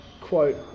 quote